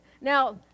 Now